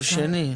לא, שני.